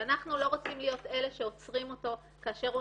שאנחנו לא רוצים להיות אלה שעוצרים אותו כאשר הוא